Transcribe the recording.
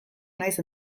naiz